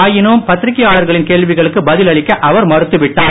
ஆயினும் பத்திரிக்கையாளர்களின் கேள்விகளுக்கு பதில் அளிக்க அவர் மறுத்துவிட்டார்